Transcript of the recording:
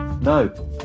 No